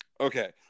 okay